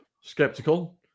skeptical